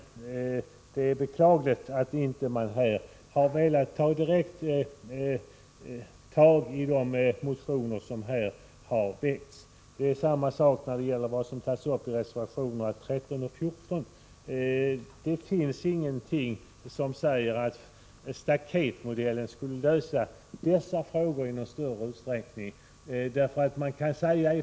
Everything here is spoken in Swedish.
Det är beklagligt att man inte direkt har velat ta tag i de motioner som har väckts. Samma sak gäller de frågor som tas upp i reservationerna 13 och 14. Det finns ingenting som säger att staketmodellen skulle lösa dessa problem i någon större utsträckning.